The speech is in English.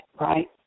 Right